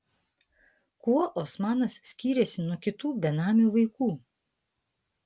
kuo osmanas skyrėsi nuo kitų benamių vaikų